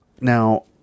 Now